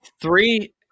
three